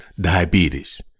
diabetes